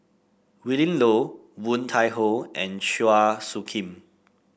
Willin Low Woon Tai Ho and Chua Soo Khim